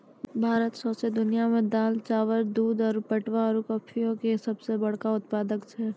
भारत सौंसे दुनिया मे दाल, चाउर, दूध, पटवा आरु कपासो के सभ से बड़का उत्पादक छै